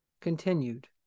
continued